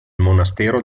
monastero